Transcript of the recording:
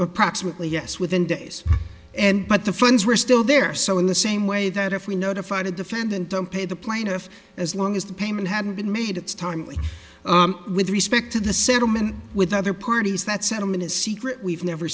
approximately yes within days and but the funds were still there so in the same way that if we notified a defendant on pay the plaintiff as long as the payment hadn't been made it's timely with respect to the settlement with other parties that settlement is secret we've never